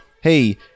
hey